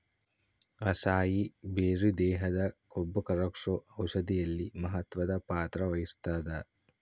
acai berry ದೇಹದ ಕೊಬ್ಬುಕರಗ್ಸೋ ಔಷಧಿಯಲ್ಲಿ ಮಹತ್ವದ ಪಾತ್ರ ವಹಿಸ್ತಾದ